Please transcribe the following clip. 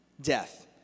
death